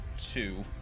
two